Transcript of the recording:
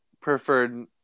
preferred